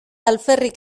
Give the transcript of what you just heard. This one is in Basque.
alferrik